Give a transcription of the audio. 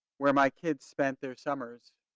where my kids spent their summers,